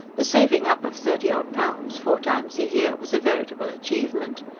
the saving up of thirty odd pounds four times a year was a veritable achievement.